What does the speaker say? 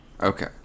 Okay